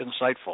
insightful